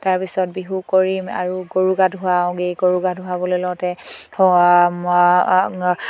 তাৰপিছত বিহু কৰিম আৰু গৰু গা ধোঁৱাওঁগৈ গৰু গা ধুৱাবলৈ লগতে